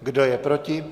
Kdo je proti?